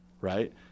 right